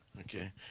Okay